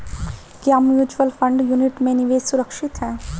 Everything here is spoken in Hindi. क्या म्यूचुअल फंड यूनिट में निवेश सुरक्षित है?